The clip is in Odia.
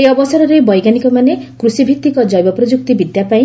ଏହି ଅବସରରେ ବୈଜ୍ଞାନିକମାନେ କୃଷିଭିତ୍ତିକ ଜୈବ ପ୍ରଯୁକ୍ତି ବିଦ୍ୟାପାଇଁ